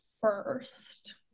first